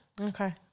Okay